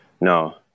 no